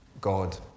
God